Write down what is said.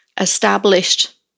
established